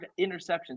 interceptions